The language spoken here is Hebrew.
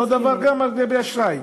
אותו דבר לגבי אשראי.